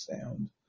sound